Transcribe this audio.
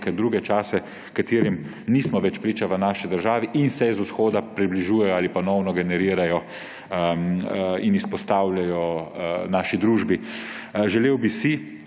druge čase, katerim nismo več priča v naši državi in se z vzhoda približujejo ali ponovno generirajo in izpostavljajo naši družbi. Želel bi si,